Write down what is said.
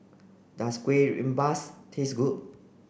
does Kueh Rengas taste good